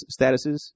statuses